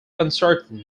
uncertain